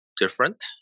different